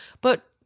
But-